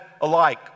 alike